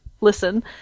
listen